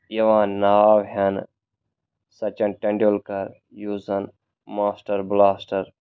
یِوان ناو ہٮ۪نہِ سٔچِن ٹینڈولَکر یُس زَن ماسٹر بُلاسٹر